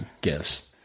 gifts